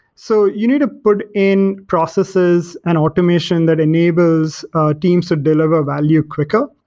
so you need to put in processes and automation that enables teams to deliver value quicker.